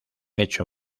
hecho